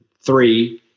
Three